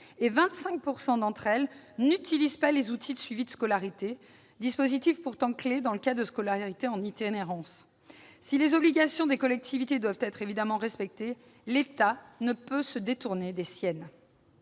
que 25 % d'entre elles n'utilisent pas les outils de suivi de scolarité, dispositifs pourtant clés dans le cas d'une scolarité en itinérance. Si les obligations des collectivités doivent être évidemment respectées, l'État ne peut se détourner des siennes.